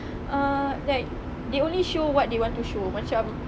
ah like they only show what they want to show macam